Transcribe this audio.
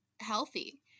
healthy